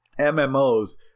MMOs